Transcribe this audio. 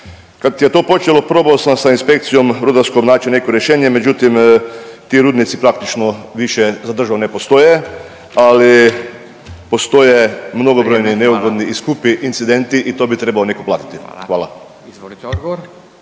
Kad je to počelo, prodao sam sa inspekcijom rudarskom naći neko rješenje, međutim, ti rudnici praktično više za državu ne postoje, ali postoje mnogobrojni i neugodni i skupi .../Upadica: Hvala./... incidenti i to bi trebao netko platiti. Hvala. **Radin, Furio